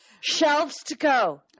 Shelves-to-go